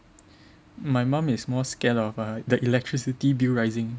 my mum is more scared of the electricity bill rising